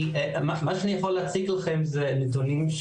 מה שאני יכול להציג לכם זה נתונים,